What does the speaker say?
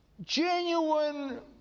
genuine